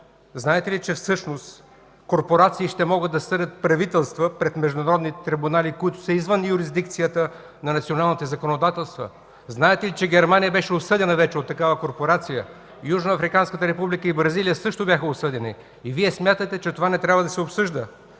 Знаете ли, че всъщност корпорации ще могат да съдят правителства пред международни трибунали, които са извън юрисдикцията на националните законодателства? Знаете ли, че Германия беше осъдена вече от такава корпорация, Южноафриканската република и Бразилия също бяха осъдени? А Вие смятате, че това не трябва да се обсъжда?!